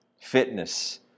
fitness